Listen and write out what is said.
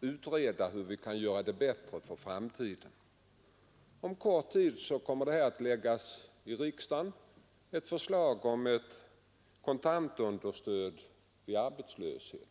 utreder hur vi skall kunna göra det bättre för framtiden. Inom kort kommer riksdagen att föreläggas ett förslag om ett allmänt kontantunderstöd vid arbetslöshet.